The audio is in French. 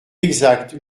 exact